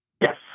Yes